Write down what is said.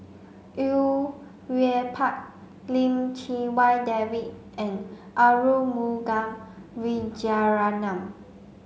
Au Yue Pak Lim Chee Wai David and Arumugam Vijiaratnam